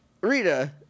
Rita